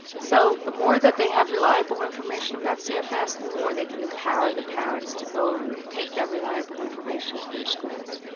so the more that they have reliable information about cfs, the more they can empower the parents to go and take that reliable information to their schools.